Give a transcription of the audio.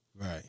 Right